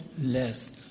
less